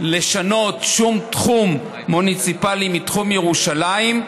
לשנות שום תחום מוניציפלי מתחום ירושלים.